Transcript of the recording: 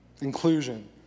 Inclusion